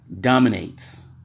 dominates